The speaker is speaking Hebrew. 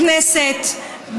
בכנסת,